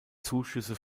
zuschüsse